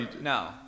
No